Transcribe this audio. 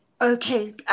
Okay